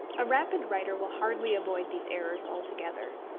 a rapid writer will hardly avoid these errors altogether.